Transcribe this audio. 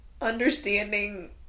understanding